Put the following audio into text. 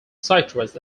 citrus